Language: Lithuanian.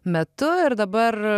metu ir dabar